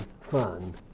fun